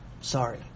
sorry